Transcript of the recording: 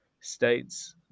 states